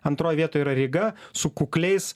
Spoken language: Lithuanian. antroj vietoj yra ryga su kukliais